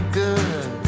good